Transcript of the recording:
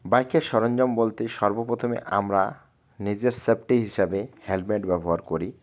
বাইকের সরঞ্জাম বলতে সর্বপ্রথমে আমরা নিজের সেফটি হিসাবে হেলমেট ব্যবহার করি